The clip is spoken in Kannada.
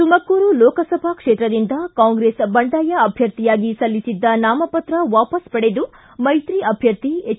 ತುಮಕೂರು ಲೋಕಸಭಾ ಕ್ಷೇತ್ರದಿಂದ ಕಾಂಗ್ರೆಸ್ ಬಂಡಾಯ ಅಭ್ಯರ್ಥಿಯಾಗಿ ಸಲ್ಲಿಸಿದ್ದ ನಾಮಪತ್ರ ವಾಪಾಸ್ ಪಡೆದು ಮೈತ್ರಿ ಅಧ್ಯರ್ಥಿ ಎಚ್